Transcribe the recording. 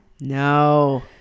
No